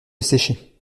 sécher